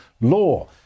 law